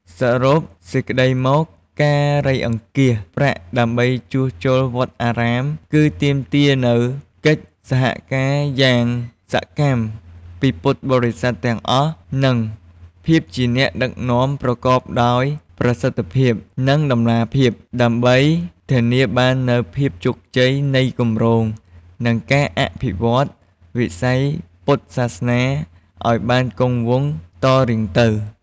សរុបសេចក្តីមក ការរៃអង្គាសប្រាក់ដើម្បីជួសជុលវត្តអារាម គឺទាមទារនូវ កិច្ចសហការយ៉ាងសកម្មពីពុទ្ធបរិស័ទទាំងអស់ និង ភាពជាអ្នកដឹកនាំប្រកបដោយប្រសិទ្ធភាព និងតម្លាភាព ដើម្បីធានាបាននូវភាពជោគជ័យនៃគម្រោង និងការអភិវឌ្ឍន៍វិស័យពុទ្ធសាសនាឱ្យបានគង់វង្សតរៀងទៅ។